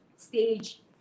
Stage